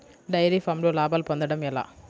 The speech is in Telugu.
డైరి ఫామ్లో లాభాలు పొందడం ఎలా?